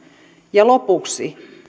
ja lopuksi